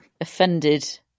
offended